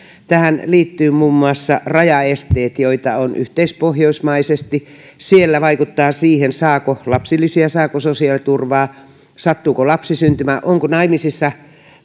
tähän liittyy muun muassa rajaesteet joita on yhteispohjoismaisesti siellä vaikuttaa siihen saako lapsilisiä saako sosiaaliturvaa se sattuuko lapsi syntymään onko naimisissa